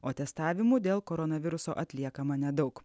o testavimų dėl koronaviruso atliekama nedaug